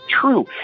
true